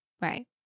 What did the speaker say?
Right